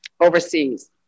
overseas